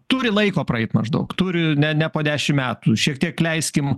turi laiko praeit maždaug turi ne ne po dešimt metų šiek tiek leiskim